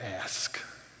ask